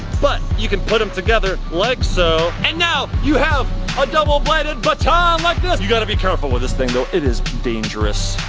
but you can put them together like so and now you have a double bladed baton like this. you gotta be careful with this thing, though. it is dangerous.